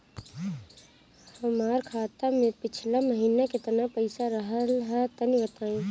हमार खाता मे पिछला महीना केतना पईसा रहल ह तनि बताईं?